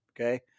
Okay